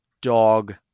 dog